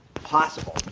possible?